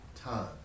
time